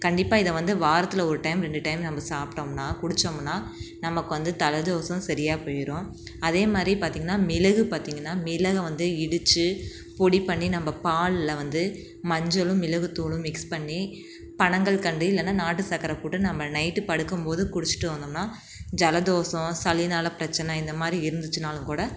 கண்டிப்பாக இதை வந்து வாரத்தில் ஒரு டைம் ரெண்டு டைம் நம்ம சாப்பிட்டோம்னா குடிச்சோம்னால் நமக்கு வந்து ஜலதோசம் சரியா போயிடும் அதே மாதிரி பார்த்திங்கன்னா மிளகு பார்த்திங்கன்னா மிளகை வந்து இடித்து பொடி பண்ணி நம்ம பாலில் வந்து மஞ்சளும் மிளகுத்தூளும் மிக்ஸ் பண்ணி பனங்கல்கண்டு இல்லைன்னா நாட்டு சக்கரை போட்டு நம்ம நைட்டு படுக்கும் போது குடித்துட்டு வந்தோம்னால் ஜலதோஷம் சளினால் பிரச்சனை இந்த மாதிரி இருந்துச்சுனாலும் கூட